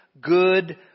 good